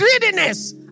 greediness